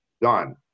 done